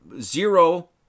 zero